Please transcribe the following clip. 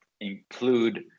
include